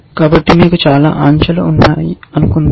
కాబట్టి మీకు చాలా అంశాలు ఉన్నాయని అనుకుందాం